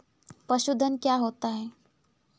पशुधन क्या होता है?